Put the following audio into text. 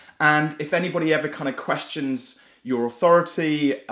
and if anybody every kinda questions your authority,